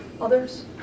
Others